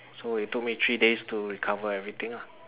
so it took me three days to recover everything lah